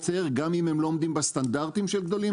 לייצר, גם אם הם לא עומדים בסטנדרטים של גדולים?